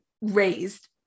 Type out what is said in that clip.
raised